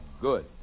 good